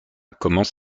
commence